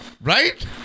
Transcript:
Right